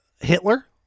Hitler